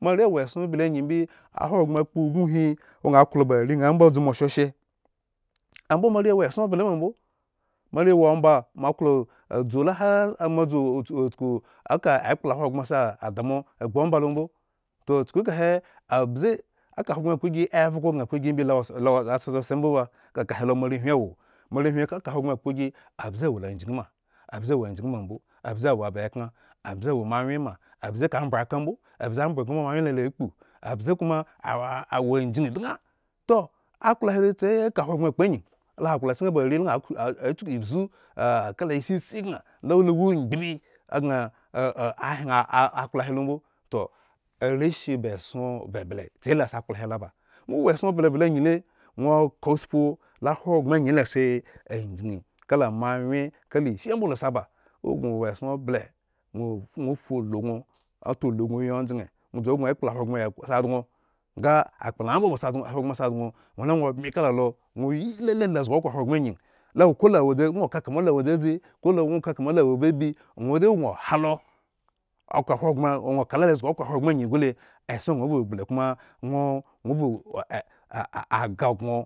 Moare wo eson ble angyi imbi ahogbren akpo ubin hi gŋa kloda are ŋha mbo dzu ma shoshe, ambo moare wo eson ble ma mbo, moare wo omba mo aklo dzu dzu la hare. moadzu dzu dzu chuku eka ekpla ahoghrbrensi adamo agbu ombalo mbo. toh kyuku kahe abee eka ahogbren akpo gi, ergo gŋo kpogi imbi lo wo lo wo lo atse otse mbo ba, keka ahogbren akpo gi abze a wola anjginima abze wola ajgin ma mbo, abze wo abakẖren, abze wo mawywn ma. moawyen ma abze ambwre ka mbo, abze koma awo anjgin ma mbo, abze ambwre nga moawyen lo la akpu, abze koma awo anjgindŋo achuku idzu kala isisi gŋa lowa anmgbibi a gŋa ahyen akpla a akpla tse lasi are he ŋwo ka tspu la a ho gbren angyi la si ajgin kala ishi ambolasi aba ow gŋo wo eson ble gŋo ŋwo dzu gŋo ekpla ŋhanmbo moasi adŋo oba. Ahogbren asi adŋ ŋwo la ŋwo bmi kala lo ŋwo yi lele tsuzugi okhre ahogbren angyi lo a wodzi kolo wodzi ko ŋwokama malo bebi ŋwo de gŋo halo okhro ahogbren gŋo kala lozgi okhro ahogbren angyi gu le eson gŋo ba wo ble koma ŋwo-ŋwo ba aa agah gŋo